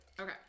Okay